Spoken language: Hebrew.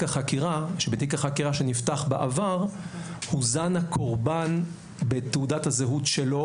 החקירה שנפתח בעבר הוזן הקורבן בתעודת הזהות שלו,